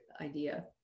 idea